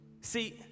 See